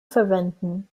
verwenden